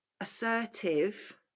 assertive